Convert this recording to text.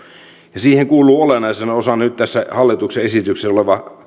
ja siihen kuuluu olennaisena osana nyt tässä hallituksen esityksessä oleva